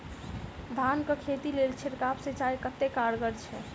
धान कऽ खेती लेल छिड़काव सिंचाई कतेक कारगर छै?